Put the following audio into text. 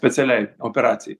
specialiai operacijai